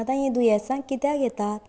आतां हीं दुयेंसां कित्याक येतात